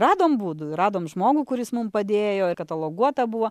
radom būdų ir radom žmogų kuris mum padėjo ir kataloguota buvo